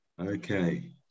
Okay